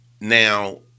Now